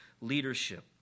leadership